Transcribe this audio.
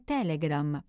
Telegram